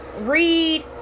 read